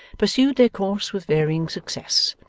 pursued their course with varying success,